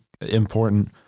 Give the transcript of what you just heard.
important